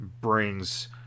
brings